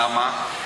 למה?